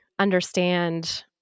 understand